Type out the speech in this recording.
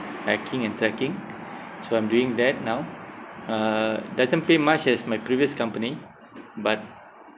hiking and trekking so I'm doing that now uh doesn't pay much as my previous company but